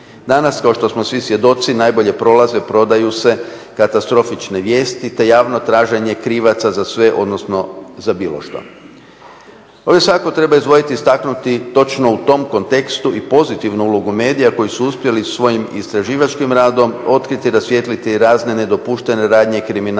Danas kao što smo svi svjedoci najbolje prolaze, prodaju se katastrofične vijesti te javno traženje krivaca za sve, odnosno za bilo što. Ovdje svakako treba izdvojiti i istaknuti točno u tom kontekstu i pozitivnu ulogu medija koji su uspjeli svojim istraživačkim radom otkriti i rasvijetliti razne nedopuštene radnje i kriminal